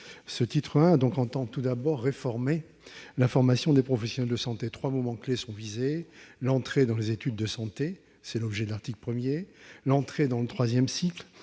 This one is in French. Le titre I vise tout d'abord à réformer la formation des professionnels de santé. Trois moments clés sont visés : l'entrée dans les études de santé- c'est l'objet de l'article 1 -, l'entrée dans le troisième cycle